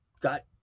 got